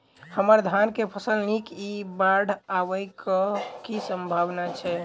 हम्मर धान केँ फसल नीक इ बाढ़ आबै कऽ की सम्भावना छै?